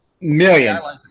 Millions